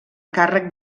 càrrec